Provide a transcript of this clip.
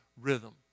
rhythm